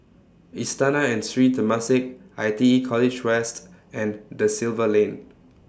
Istana and Sri Temasek I T E College West and DA Silva Lane